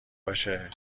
باشه